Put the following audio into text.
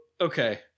okay